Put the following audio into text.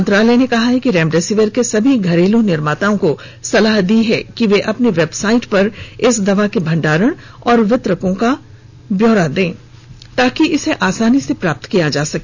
मंत्रालय ने कहा है कि रेमडेसिविर के सभी घरेलू निर्माताओं को सलाह दी गई है कि वे अपनी वेबसाइट पर इस दवा के भंडारण और वितरकों का ब्योरा दें ताकि इसे आसानी से प्राप्त किया जा सके